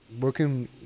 working